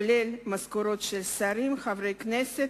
כולל משכורות של שרים, חברי הכנסת,